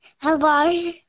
Hello